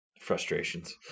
frustrations